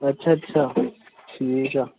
ਅੱਛਾ ਅੱਛਾ ਠੀਕ ਆ